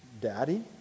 Daddy